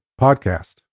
podcast